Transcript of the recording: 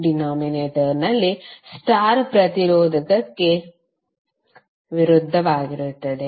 ಡಿನಾಮಿನೇಟರ್ಲ್ಲಿ star ಪ್ರತಿರೋಧಕಕ್ಕೆ ವಿರುದ್ಧವಾಗಿರುತ್ತದೆ